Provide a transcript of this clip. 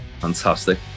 Fantastic